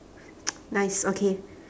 nice okay